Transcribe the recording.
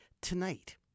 tonight